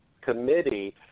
committee